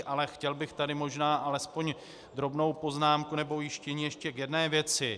Ale chtěl bych tady možná alespoň drobnou poznámku nebo ujištění ještě k jedné věci.